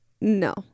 No